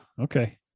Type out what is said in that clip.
Okay